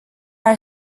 are